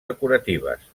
decoratives